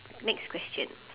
next question